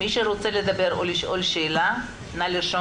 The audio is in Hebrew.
מי שרוצה לדבר או לשאול שאלה נא לרשום